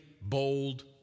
bold